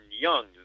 young